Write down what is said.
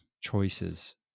choices